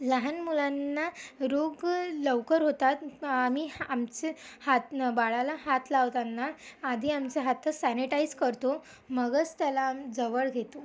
लहान मुलांना रोग लवकर होतात आम्ही आमचे हातनं बाळाला हात लावताना आधी आमचे हातच सॅनिटाईच करतो मगच त्याला आम् जवळ घेतो